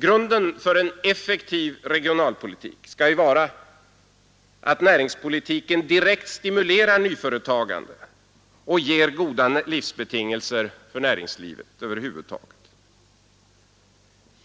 Grunden för en effektiv regionalpolitik skall ju vara att näringspolitiken direkt stimulerar nyföretagande och ger goda livsbetingelser för näringslivet över huvud taget.